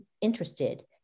interested